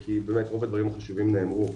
כי באמת רוב הדברים החשובים נאמרו,